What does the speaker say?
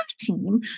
team